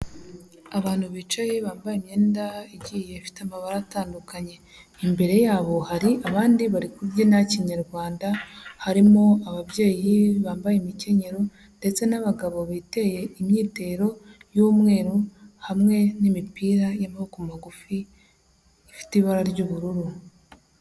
Abantu bicaye bambaye imyenda igiye ifite amabara atandukanye, imbere yabo hari abandi bari kubyina kinyarwanda, harimo ababyeyi bambaye imikenyero ndetse n'abagabo biteye imyitero y'umweru, hamwe n'imipira y'amaboko magufi, ifite ibara ry'ubururu.